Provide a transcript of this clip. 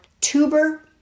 tuber